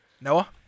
Noah